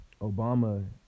Obama